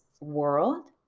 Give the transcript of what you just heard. world